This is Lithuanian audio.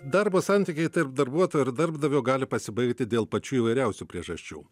darbo santykiai tarp darbuotojo ir darbdavio gali pasibaigti dėl pačių įvairiausių priežasčių